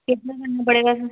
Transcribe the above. कितना लंबा पड़ेगा सर